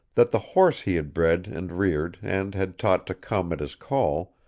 that the horse he had bred and reared and had taught to come at his call,